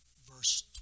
verse